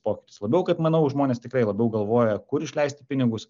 pokytis labiau kad manau žmonės tikrai labiau galvoja kur išleisti pinigus